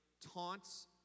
taunts